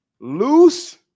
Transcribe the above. Loose